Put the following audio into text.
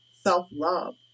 self-love